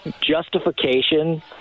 justification